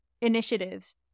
initiatives